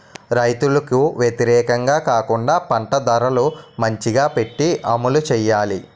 రైతులకు వ్యతిరేకంగా కాకుండా పంట ధరలు మంచిగా పెట్టి అమలు చేయాలి